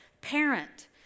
parent